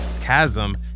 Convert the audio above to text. Chasm